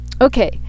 Okay